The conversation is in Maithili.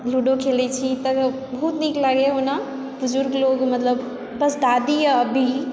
लूडो खेलय छी तऽ बहुत नीक लागैया ओना बुजुर्ग लोक मतलब बस दादी अछि अभी